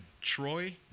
Troy